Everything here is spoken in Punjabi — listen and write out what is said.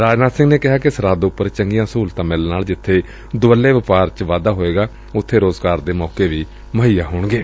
ਰਾਜਨਾਥ ਸਿੰਘ ਨੇ ਕਿਹਾ ਕਿ ਸਰਹੱਦ ਉਪਰ ਚੰਗੀਆਂ ਸਹੁਲਤਾਂ ਮਿਲਣ ਨਾਲ ਜਿੱਬੇ ਦੁਵੱਲੇ ਵਪਾਰ ਚ ਵਾਧਾ ਹੋਵੇਗਾ ਉੱਬੇ ਰੋਜ਼ਗਾਰ ਦੇ ਮੌਕੇ ਵੀ ਮੁਹੱਈਆ ਹੋਣਗੇ